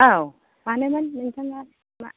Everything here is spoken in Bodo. औ मानोमोन नोंथाङा मा